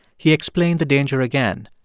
he explained the danger again.